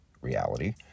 reality